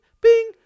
bing